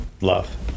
love